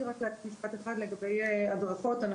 לגבי הדרכות,